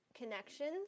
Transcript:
connections